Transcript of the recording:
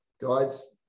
God's